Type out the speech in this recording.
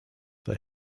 they